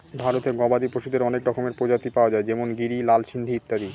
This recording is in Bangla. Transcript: ভারতে গবাদি পশুদের অনেক রকমের প্রজাতি পাওয়া যায় যেমন গিরি, লাল সিন্ধি ইত্যাদি